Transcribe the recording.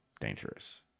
dangerous